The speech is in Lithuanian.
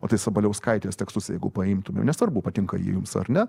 o tai sabaliauskaitės tekstus jeigu paimtume nesvarbu patinka ji jums ar ne